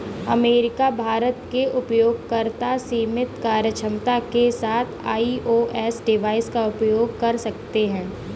America, Bharat के उपयोगकर्ता सीमित कार्यक्षमता के साथ आई.ओ.एस डिवाइस का उपयोग कर सकते हैं